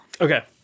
okay